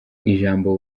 ijambo